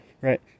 Right